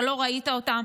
אתה לא ראית אותם,